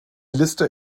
liste